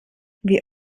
wie